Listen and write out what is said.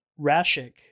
rashik